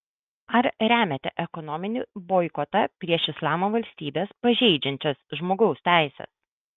ar remiate ekonominį boikotą prieš islamo valstybes pažeidžiančias žmogaus teises